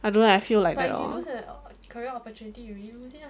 I don't know I feel like that lor